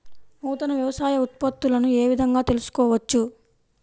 నూతన వ్యవసాయ ఉత్పత్తులను ఏ విధంగా తెలుసుకోవచ్చు?